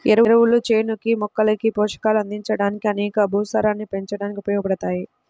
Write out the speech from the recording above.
ఎరువులు చేనుకి, మొక్కలకి పోషకాలు అందించడానికి అలానే భూసారాన్ని పెంచడానికి ఉపయోగబడతాయి